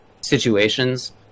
situations